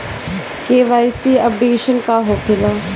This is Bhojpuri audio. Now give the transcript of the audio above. के.वाइ.सी अपडेशन का होखेला?